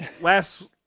last